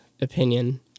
opinion